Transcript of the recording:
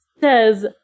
says